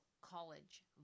college